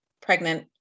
pregnant